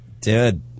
Dude